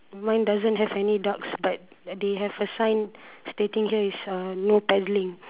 mine doesn't have any ducks but they have a sign stating here is uh no paddling